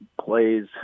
plays